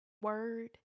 word